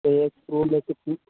तो स्कूल में कितनी